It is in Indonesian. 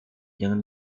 jangan